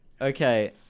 okay